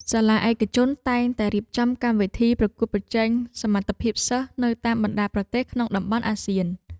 សាលាឯកជនតែងតែរៀបចំកម្មវិធីប្រកួតប្រជែងសមត្ថភាពសិស្សនៅតាមបណ្តាប្រទេសក្នុងតំបន់អាស៊ាន។